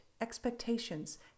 expectations